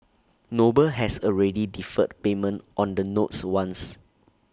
noble has already deferred payment on the notes once